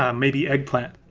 um maybe eggplant.